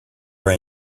are